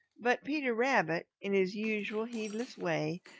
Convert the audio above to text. but peter rabbit, in his usual heedless way,